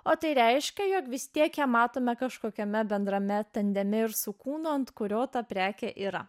o tai reiškia jog vis tiekia matome kažkokiame bendrame tandeme ir su kūnu ant kurio ta prekė yra